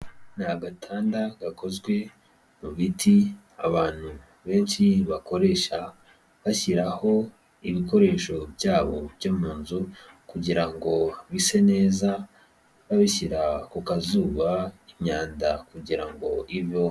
Ni agatanda gakozwe mu biti abantu benshi bakoresha bashyiraho ibikoresho byabo byo mu nzu kugira ngo bise neza babishyira ku kazuba imyanda kugira ngo iveho.